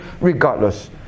regardless